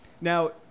Now